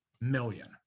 million